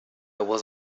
was